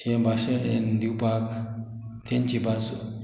हे भाशण दिवपाक तांची भास